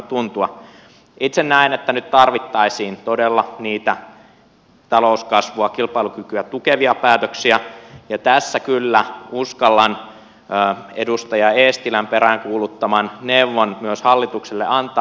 itse näen että nyt tarvittaisiin todella niitä talouskasvua kilpailukykyä tukevia päätöksiä ja tässä kyllä uskallan edustaja eestilän peräänkuuluttaman neuvon myös hallitukselle antaa